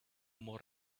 more